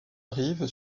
arrivent